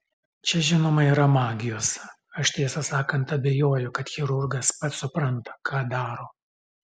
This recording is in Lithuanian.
čia žinoma yra magijos aš tiesą sakant abejoju kad chirurgas pats supranta ką daro